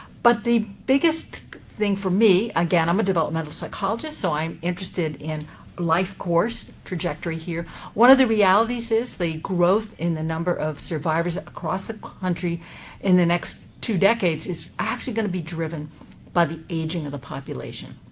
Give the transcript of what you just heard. but the biggest thing for me again, i'm a developmental psychologist, so i'm interested in life course trajectory here one of the realities is the growth in the number of survivors across the country in the next two decades is actually going to be driven by the aging of the population.